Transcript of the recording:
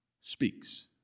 speaks